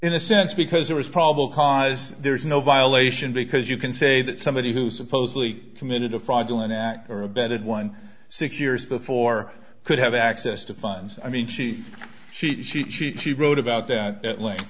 in a sense because there is probable cause there's no violation because you can say that somebody who supposedly committed a fraudulent act or abetted one six years before could have access to funds i mean she she she she she wrote about that